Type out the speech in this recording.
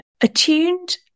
Attuned